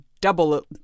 double